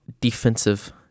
defensive